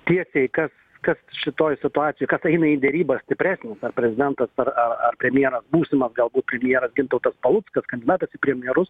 tiesiai kas kas šitoj situacijoj kas eina į derybas stipresnis ar prezidentas ar ar premjeras būsimas galbūt premjeras gintautas paluckas kandidatas į premjerus